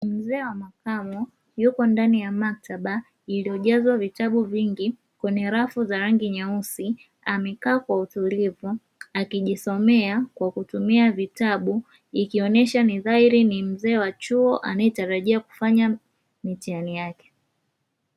Mzee wa makamo yuko ndani ya maktaba iliyojazwa vitabu vingi, kwenye rafu za rangi nyeusi. Amekaa kwa utulivu akijisomea kwa kutumia vitabu ikionyesha ni dhahiri, ni mzee wa chuo anayetarajia kufanya mitihani yake.